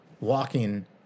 walking